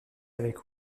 avec